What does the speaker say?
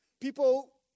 People